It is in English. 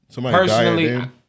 Personally